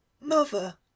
mother